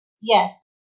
Yes